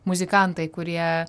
muzikantai kurie